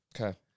Okay